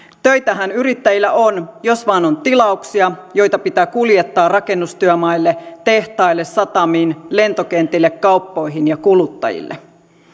töitähän yrittäjillä on jos vain on tilauksia joita pitää kuljettaa rakennustyömaille tehtaille satamiin lentokentille kauppoihin ja kuluttajille